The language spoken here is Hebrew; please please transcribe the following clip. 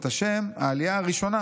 את השם 'העלייה הראשונה'